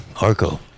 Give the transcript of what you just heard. Arco